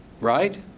Right